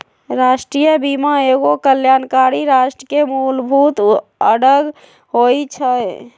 राष्ट्रीय बीमा एगो कल्याणकारी राष्ट्र के मूलभूत अङग होइ छइ